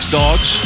dogs